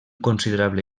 considerable